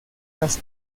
las